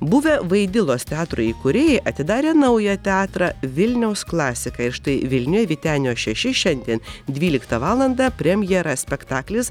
buvę vaidilos teatro įkūrėjai atidarė naują teatrą vilniaus klasika ir štai vilniuje vytenio šeši šiandien dvyliktą valandą premjera spektaklis